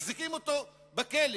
מחזיקים אותו בכלא,